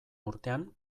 urtean